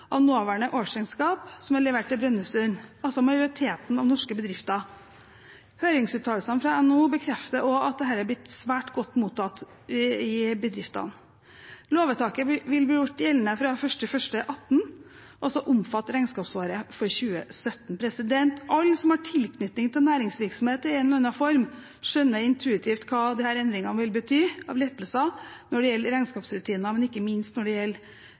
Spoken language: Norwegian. av nåværende årsregnskap som er levert til Brønnøysundregistrene, altså majoriteten av norske bedrifter. Høringsuttalelsene fra NHO bekrefter også at dette er blitt svært godt mottatt i bedriftene. Lovvedtaket vil bli gjort gjeldende fra 1. januar 2018 – altså omfatte regnskapsåret for 2017. Alle som har tilknytning til næringsvirksomhet i en eller annen form, skjønner intuitivt hva disse endringene vil bety av lettelser når det gjelder regnskapsrutiner, og ikke minst når det